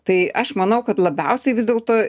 tai aš manau kad labiausiai vis dėlto